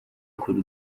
kure